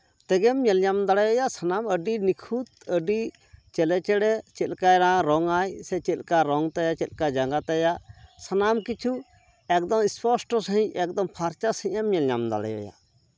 ᱛᱮᱜᱮᱢ ᱧᱮᱞᱧᱟᱢ ᱫᱟᱲᱮᱭᱟᱭᱟ ᱥᱟᱱᱟᱢ ᱟᱹᱰᱤ ᱱᱤᱠᱷᱩᱛ ᱟᱹᱰᱤ ᱪᱮᱞᱮ ᱪᱮᱬᱮ ᱪᱮᱫᱠᱟᱭ ᱨᱚᱝᱟᱭ ᱥᱮ ᱪᱮᱫᱠᱟ ᱨᱚᱝ ᱛᱟᱭᱟ ᱪᱮᱫᱠᱟ ᱡᱟᱝᱜᱟ ᱛᱟᱭᱟ ᱥᱟᱱᱟᱢ ᱠᱤᱪᱷᱩ ᱮᱠᱫᱚᱢ ᱥᱯᱚᱥᱴᱚ ᱥᱟᱺᱦᱤᱡ ᱮᱠᱫᱚᱢ ᱯᱷᱟᱨᱪᱟ ᱥᱟᱺᱦᱤᱡ ᱮᱢ ᱧᱮᱞ ᱧᱟᱢ ᱫᱟᱲᱮ ᱟᱭᱟ